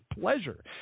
pleasure